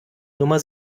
nummer